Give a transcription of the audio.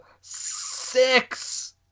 six